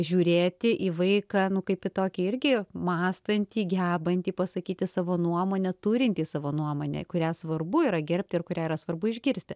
žiūrėti į vaiką nu kaip į tokį irgi mąstantį gebantį pasakyti savo nuomonę turintį savo nuomonę kurią svarbu yra gerbti ir kurią yra svarbu išgirsti